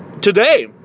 today